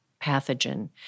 pathogen